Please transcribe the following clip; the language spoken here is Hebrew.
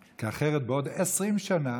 כי אחרת בעוד 20 שנה